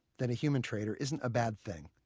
than a human trader isn't a bad thing.